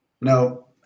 No